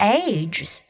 ages